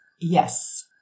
yes